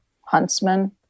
huntsman